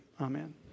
Amen